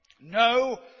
No